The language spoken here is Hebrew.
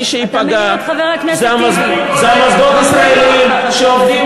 מי שייפגע זה המוסדות הישראליים שעובדים